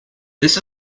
this